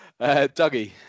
Dougie